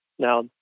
Now